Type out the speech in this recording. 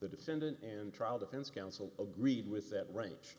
the defendant and trial defense counsel agreed with that range